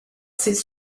ses